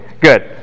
good